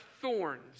thorns